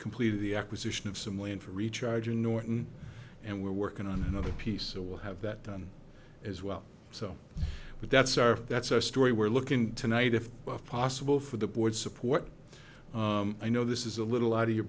completed the acquisition of some land for recharging norton and we're working on another piece so we'll have that done as well so with that start that's our story we're looking tonight if possible for the board support i know this is a little out of your